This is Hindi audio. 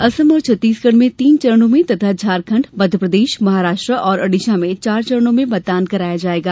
असम और छत्तीसगढ़ में तीन चरणों में तथा झारखंड मध्यप्रदेश महाराष्ट्र और ओडिशा में चार चरणों में मतदान कराया जायेगा